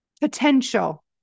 potential